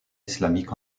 islamique